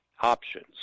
options